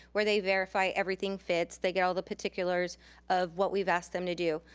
where they verify everything fits. they get all the particulars of what we've asked them to do.